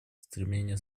стремление